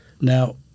Now